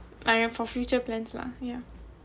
I am for future plans lah ya